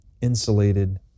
insulated